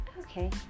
Okay